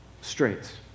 straits